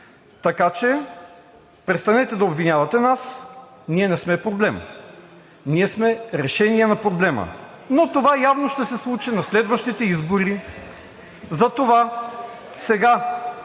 Така че престанете да обвинявате нас – ние не сме проблем. Ние сме решение на проблема, но това явно ще се случи на следващите избори. Затова сега